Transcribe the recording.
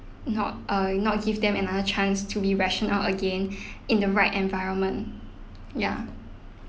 not err not give them another chance to be rational again in the right environment ya